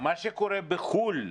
אנא ממך, חבר הכנסת הלוי.